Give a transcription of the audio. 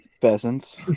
Pheasants